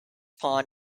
pond